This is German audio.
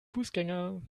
fußgänger